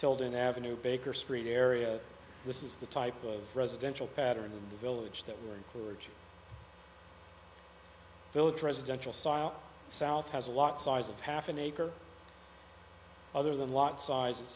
children ave baker street area this is the type of residential pattern in the village that we're encouraging village residential sile south has a lot size of half an acre other than lot size